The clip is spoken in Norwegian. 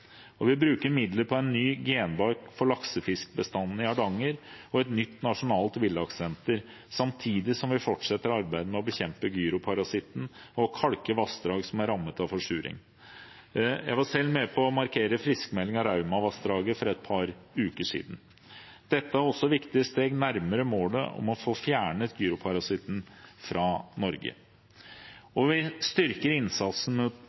Vi bruker midler på en ny genbank for laksefiskbestandene i Hardanger og et nytt nasjonalt villakssenter, samtidig som vi fortsetter arbeidet med å bekjempe gyroparasitten og å kalke vassdrag som er rammet av forsuring. Jeg var selv med på å markere friskmelding av Rauma-vassdraget for et par uker siden. Dette er også viktige steg nærmere målet om å få fjernet gyroparasitten fra Norge. Vi styrker innsatsen